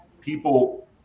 people